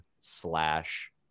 slash